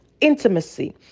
Intimacy